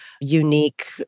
unique